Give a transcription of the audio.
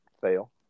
fail